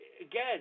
again